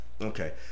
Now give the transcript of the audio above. Okay